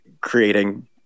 creating